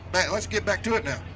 but let's get back to it now.